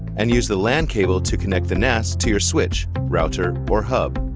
and use the lan cable to connect the nas to your switch, router, or hub.